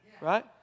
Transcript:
Right